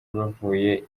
bavuye